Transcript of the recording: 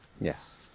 Yes